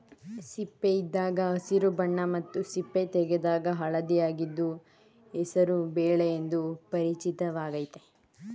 ಸಿಪ್ಪೆಯಿದ್ದಾಗ ಹಸಿರು ಬಣ್ಣ ಮತ್ತು ಸಿಪ್ಪೆ ತೆಗೆದಾಗ ಹಳದಿಯಾಗಿದ್ದು ಹೆಸರು ಬೇಳೆ ಎಂದು ಪರಿಚಿತವಾಗಯ್ತೆ